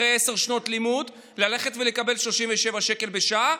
אחרי עשר שנות לימוד וללכת ולקבל 37 שקל בשעה,